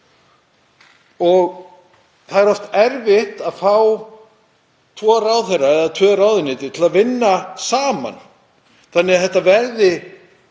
Það er oft erfitt að fá tvo ráðherra eða tvö ráðuneyti til að vinna saman þannig að þetta verði